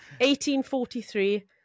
1843